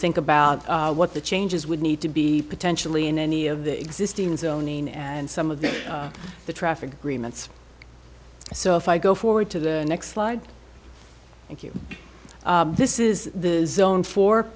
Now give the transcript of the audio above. think about what the changes would need to be potentially in any of the existing zoning and some of the traffic agreements so if i go forward to the next slide thank you this is the zone for